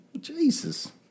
Jesus